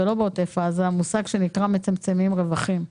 יש את המושג "מצמצמים רווחים".